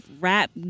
Rap